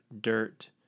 dirt